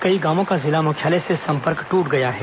कई गांवों का जिला मुख्यालय से संपर्क ट्रट गया है